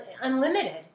unlimited